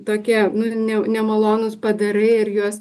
tokie nu ne nemalonūs padarai ir juos